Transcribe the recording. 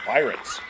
Pirates